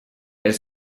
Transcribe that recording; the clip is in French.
elle